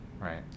right